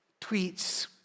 tweets